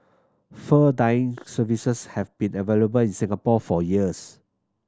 fur dyeing services have been available in Singapore for years